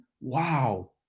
Wow